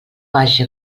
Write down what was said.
vagi